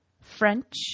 French